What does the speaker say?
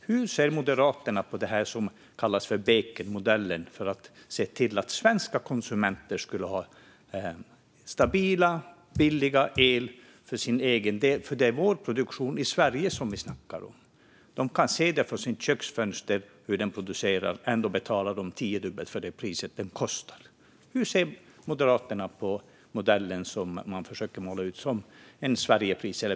Hur ser Moderaterna på Bekenmodellen för att svenska konsumenter ska få stabil och billig el? Vi snackar om produktionen i Sverige. Från sitt köksfönster kan konsumenter se hur elen produceras och ändå får de betala tiodubbelt mot vad det kostar? Hur ser Moderaterna på denna modell för Sverigepriser?